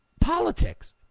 politics